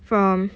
from